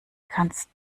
kannst